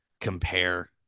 compare